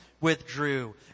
withdrew